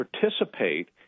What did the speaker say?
participate